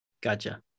Gotcha